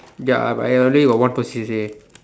ya I I already got one two C_C_A